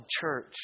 church